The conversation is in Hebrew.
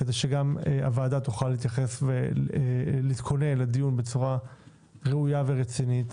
כדי שגם הוועדה תוכל להתייחס ולהתכונן לדיון בצורה ראויה ורצינית